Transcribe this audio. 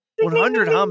100